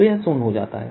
तो यह शून्य हो जाता है